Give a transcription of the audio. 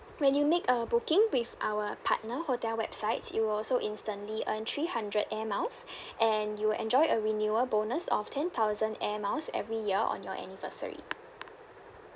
when you make a booking with our partner hotel websites you will also instantly earn three hundred air miles and you will enjoy a renewal bonus of ten thousand air miles every year on your anniversary